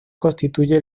constituye